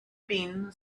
been